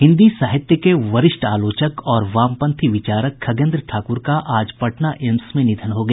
हिन्दी साहित्य के वरिष्ठ आलोचक और वामपंथी विचारक खगेन्द्र ठाक़्र का आज पटना एम्स में निधन हो गया